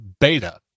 beta